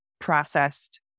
processed